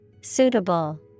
Suitable